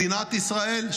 מדינת ישראל,